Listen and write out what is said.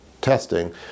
testing